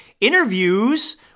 Interviews